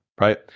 right